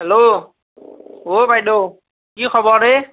hello অ বাইদেউ কি খবৰ হে